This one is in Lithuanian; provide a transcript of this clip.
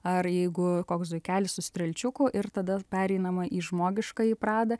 ar jeigu koks zuikelis su strielčiuku ir tada pereinama į žmogiškąjį pradą